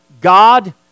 God